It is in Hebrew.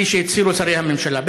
כפי שהצהירו שרי הממשלה.